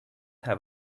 have